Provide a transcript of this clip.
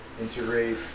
integrate